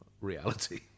reality